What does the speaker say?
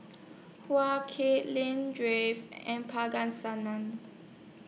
Hak Lien Dave and Singh